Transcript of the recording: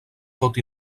tot